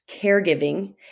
caregiving